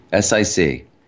SIC